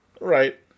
Right